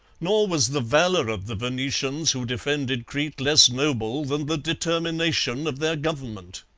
nor was the valour of the venetians who defended crete less noble than the determination of their government.